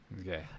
Okay